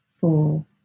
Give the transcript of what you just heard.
four